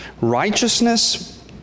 Righteousness